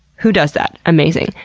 who does that? amazing.